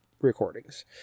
recordings